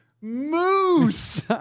Moose